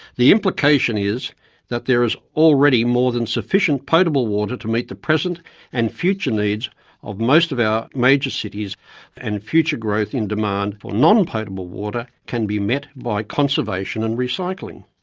the implication is that there is already more than sufficient potable water to meet the present and future needs of most of our major cities and future growth in demand for non-potable water can be met by conservation and recycling.